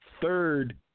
Third